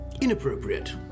inappropriate